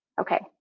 Okay